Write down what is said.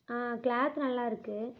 ஆ cloth நல்லா இருக்குது